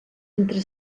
entre